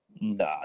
Nah